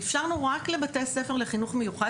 ואפשרנו רק לבתי ספר לחינוך מיוחד